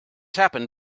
happened